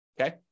okay